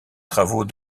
travaux